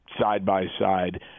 side-by-side